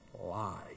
lie